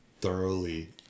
thoroughly